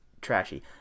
trashy